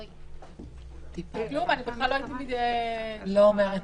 זה כלום, בכלל לא הייתי מציינת